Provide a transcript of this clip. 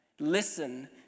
Listen